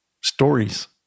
stories